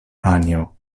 anjo